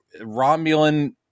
Romulan